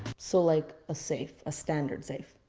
so like, a safe? a standard safe?